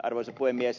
arvoisa puhemies